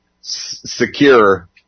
Secure